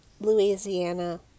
louisiana